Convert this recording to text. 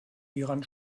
hieran